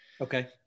Okay